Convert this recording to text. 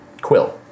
Quill